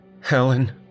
Helen